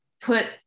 put